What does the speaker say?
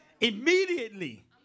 Immediately